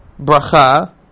bracha